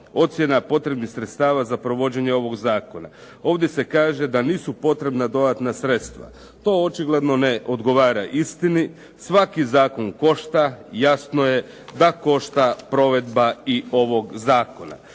ocjena potrebnih sredstava za provođenje ovoga zakona. Ovdje se kaže da nisu potrebna dodatna sredstva, to očigledno ne odgovara istini. Svaki zakon košta, jasno je da košta provedba i ovoga zakona.